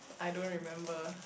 I don't remember